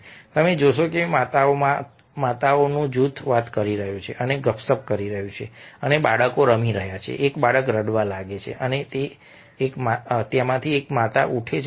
તમે જોશો કે માતાઓનું જૂથ વાત કરી રહ્યું છે અને ગપસપ કરી રહ્યું છે અને બાળકો રમી રહ્યા છે એક બાળક રડવા લાગે છે અને એક માતા ઉઠે છે